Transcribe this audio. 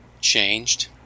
changed